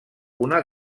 una